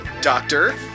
doctor